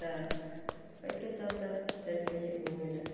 तऽ ओइके चलते चलि गेलियै घूमय लए